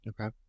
Okay